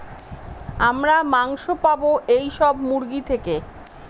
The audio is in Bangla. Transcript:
আমরা মাংস পাবো এইসব মুরগি থেকে